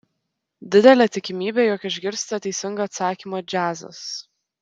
didelė tikimybė jog išgirsite teisingą atsakymą džiazas